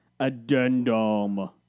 Addendum